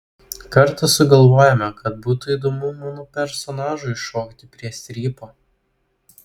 kartą sugalvojome kad būtų įdomu mano personažui šokti prie strypo